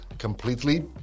Completely